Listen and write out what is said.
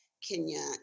Kenya